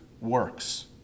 works